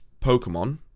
Pokemon